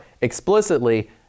explicitly